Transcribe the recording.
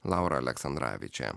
laura aleksandravičė